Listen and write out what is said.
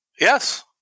Yes